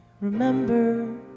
remember